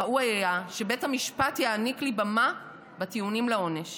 ראוי היה שבית המשפט יעניק לי במה בטיעונים לעונש.